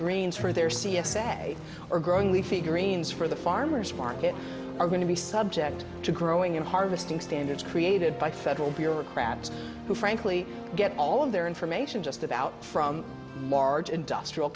greens for their c s a or growing leafy greens for the farmers markets are going to be subject to growing in harvesting standards created by federal bureaucrats who frankly get all of their information just about from large industrial